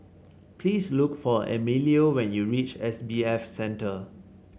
please look for Emilio when you reach S B F Center